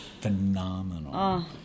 phenomenal